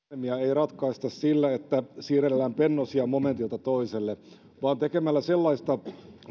ratkaista sillä että siirrellään pennosia momentilta toiselle vaan tekemällä sellaista